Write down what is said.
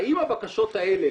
האם הבקשות האלה,